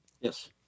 Yes